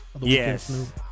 Yes